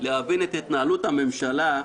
להבין את התנהלות הממשלה,